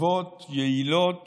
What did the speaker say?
טובות ויעילות